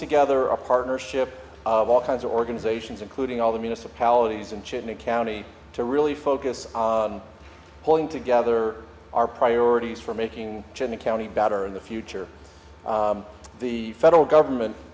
together a partnership of all kinds of organizations including all the municipalities and chynna county to really focus on pulling together our priorities for making the county better in the future the federal government